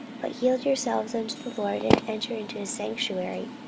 but yield yourselves unto the lord, and enter into his sanctuary,